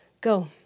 Go